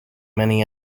many